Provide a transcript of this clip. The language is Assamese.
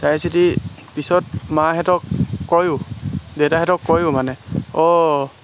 চাই চিতি পিছত মাহঁতক কয়ো দেতাহঁতক কয়ো মানে অঁ